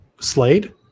Slade